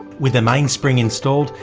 with the mainspring installed,